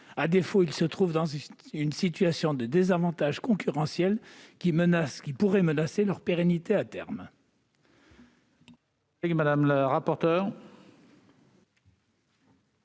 À défaut, ceux-ci se trouvent dans une situation de désavantage concurrentiel, qui pourrait menacer leur pérennité à terme.